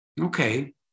Okay